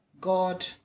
God